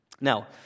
Now